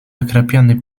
nakrapiany